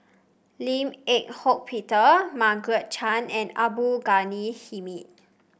Lim Eng Hock Peter Margaret Chan and Abdul Ghani Hamid